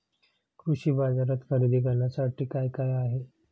कृषी बाजारात खरेदी करण्यासाठी काय काय आहे?